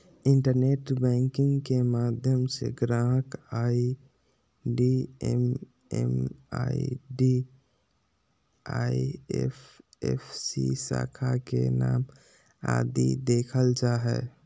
internet banking के माध्यम से ग्राहक आई.डी एम.एम.आई.डी, आई.एफ.एस.सी, शाखा के नाम आदि देखल जा हय